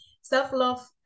self-love